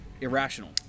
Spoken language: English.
irrational